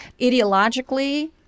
Ideologically